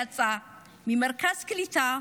יצאה ממרכז קליטה,